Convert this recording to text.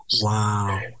Wow